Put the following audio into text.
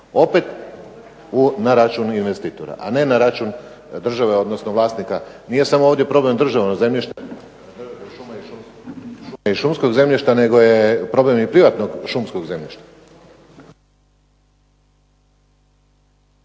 Opet na račun investitora, a ne na račun države odnosno vlasnika. Nije samo ovdje problem državno zemljište …/Govornik isključen./… šuma i šumskog zemljišta